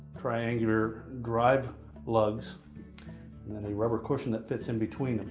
triangular drive lugs and then a rubber cushion that fits in between